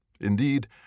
Indeed